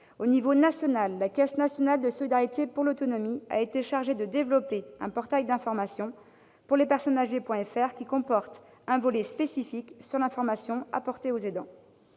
Au niveau national, la Caisse nationale de solidarité pour l'autonomie, la CNSA, a été chargée de développer un portail d'information,, qui comporte un volet spécifique sur l'information destinée aux aidants.